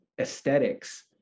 aesthetics